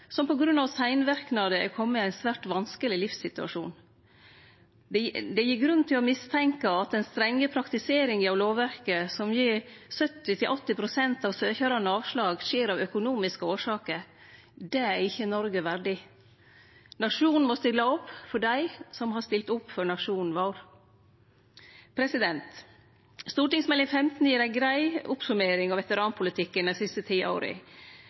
som på grunn av seinverknader har kome i ein svært vanskeleg livssituasjon. Det gir grunn til å mistenkje at den strenge praktiseringa av lovverket som gir 70–80 pst. av søkjarane avslag, skjer av økonomiske årsaker. Det er ikkje Noreg verdig. Nasjonen må stille opp for dei som har stilt opp for nasjonen vår. Meld. St. 15 for 2019–2020 gir ei grei oppsummering av veteranpolitikken dei siste ti åra.